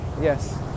yes